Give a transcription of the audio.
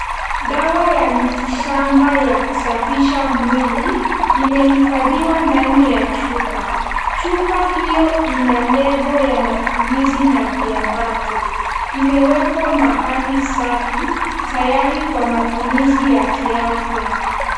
Dawa ya mitishamba ya kusafisha mwili ime hifadhiwa ndani ya chupa. Chupa hiyo ina lebo ya matumizi na viambato. Imewekwa mahali safi, tayari kwa matumizi ya kiafya.